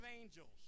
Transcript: angels